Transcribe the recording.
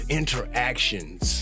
interactions